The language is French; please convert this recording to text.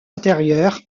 intérieur